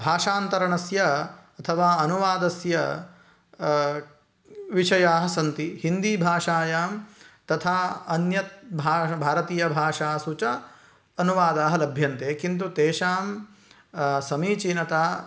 भाषान्तरणस्य तदा अनुवादस्य विषयाः सन्ति हिन्दिभाषायां तथा अन्यत् भा भारतीयभाषासु च अनुवादाः लभ्यन्ते किन्तु तेषां समीचीनता